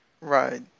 Right